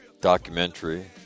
documentary